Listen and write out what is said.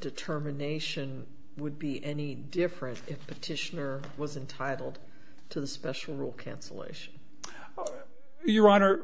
determination would be any different if the titian or wasn't titled to the special rule cancellation your honor